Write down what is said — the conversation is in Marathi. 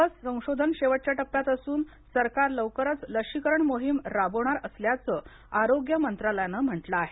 लस संशोधन शेवटच्या टप्प्यात असून सरकार लवकरच लशीकरण मोहीम राबवणार असल्याचं आरोग्य मंत्रालयानं म्हटलं आहे